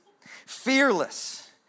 Fearless